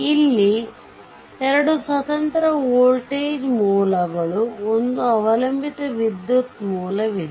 ಇಲ್ಲಿ 2 ಸ್ವತಂತ್ರ ವೋಲ್ಟೇಜ್ ಮೂಲಗಳು ಒಂದು ಅವಲಂಬಿತ ವಿದ್ಯುತ್ ಮೂಲವಿದೆ